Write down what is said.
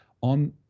on